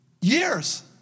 Years